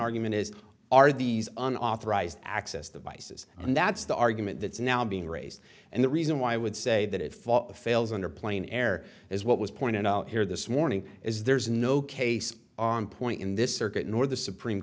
argument is are these an authorized access devices and that's the argument that's now being raised and the reason why i would say that it fall fails under playing air is what was pointed out here this morning is there's no case on point in this circuit nor the supreme